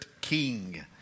King